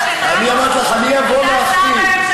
אני אמרתי לך, אני אבוא להחתים.